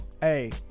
Hey